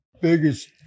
biggest